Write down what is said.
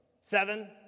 Seven